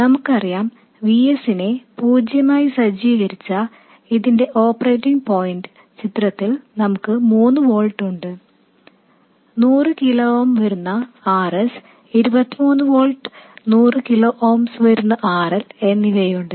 നമുക്കറിയാം VS നെ പൂജ്യമായി സജ്ജീകരിച്ച ഇതിന്റെ ഓപ്പറേറ്റിംഗ് പോയിൻറ് ചിത്രത്തിൽ നമുക്ക് മൂന്ന് വോൾട്ട്സ് ഉണ്ട് നൂറ് കിലോ ഓം വരുന്ന RS ഇരുപത്തിമൂന്ന് വോൾട്ട്സ് നൂറു കിലോ ഓംസ് വരുന്ന RL എന്നിവയുണ്ട്